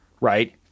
Right